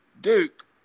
Duke